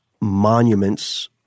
monuments—